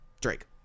Drake